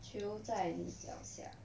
球在你脚下